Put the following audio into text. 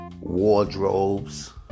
wardrobes